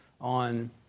on